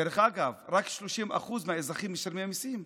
דרך אגב, רק 30% מהאזרחים משלמים מיסים.